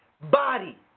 body